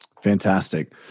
Fantastic